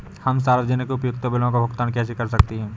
हम सार्वजनिक उपयोगिता बिलों का भुगतान कैसे कर सकते हैं?